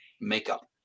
makeup